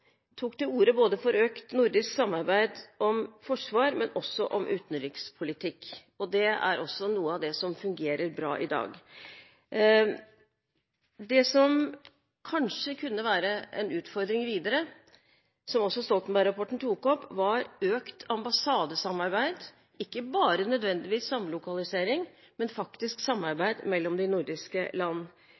tok til orde både for økt nordisk samarbeid om forsvar og for utenrikspolitikk. Det er også noe av det som fungerer bra i dag. Det som kanskje kunne være en utfordring videre – som også Stoltenberg-rapporten tok opp – er økt ambassadesamarbeid, ikke bare, nødvendigvis, samlokalisering, men faktisk samarbeid mellom de nordiske land.